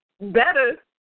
better